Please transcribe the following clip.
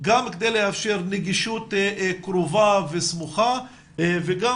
גם כדי לאפשר נגישות קרובה וסמוכה וגם